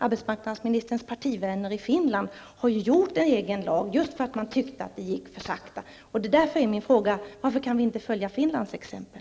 Arbetsmarknadsministerns partivänner i Finland har stiftat en egen lag just därför att man tyckte att det gick för sakta. Därför frågar jag varför vi inte kan följa Finlands exempel.